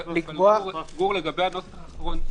לגבי הנוסח האחרון,